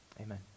amen